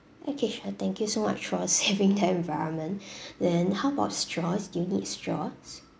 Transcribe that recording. okay thank you so much for saving then environment then how about straws do you need straws